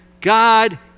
God